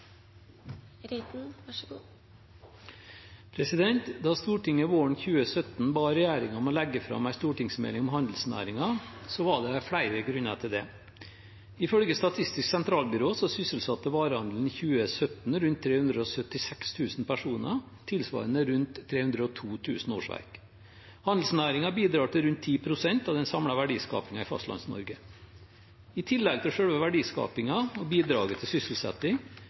Stortinget våren 2017 ba regjeringen legge fram en stortingsmelding om handelsnæringen, var det flere grunner til det. Ifølge Statistisk sentralbyrå sysselsatte varehandelen i 2017 rundt 376 000 personer, tilsvarende rundt 302 000 årsverk. Handelsnæringen bidrar til rundt 10 pst. av den samlede verdiskapingen i Fastlands-Norge. I tillegg til selve verdiskapingen og bidraget til sysselsetting